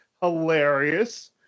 hilarious